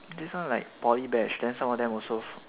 this one like poly batch then some of them also